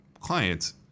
clients